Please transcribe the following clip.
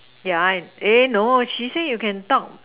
yeah no she say you can talk